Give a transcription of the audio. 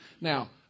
Now